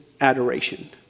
adoration